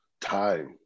time